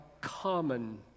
common